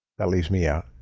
that leaves me out.